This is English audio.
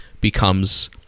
becomes